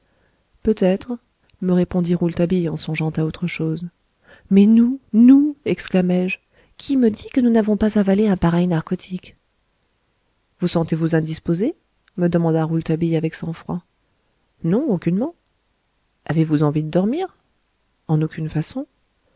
peut-être me répondit rouletabille en songeant à autre chose mais nous nous mexclamai je qui me dit que nous n'avons pas avalé un pareil narcotique vous sentez-vous indisposé me demanda rouletabille avec sang-froid non aucunement avez-vous envie de dormir en aucune façon